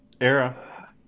era